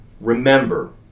remember